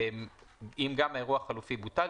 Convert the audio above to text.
אם גם האירוע החלופי בוטל,